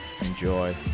Enjoy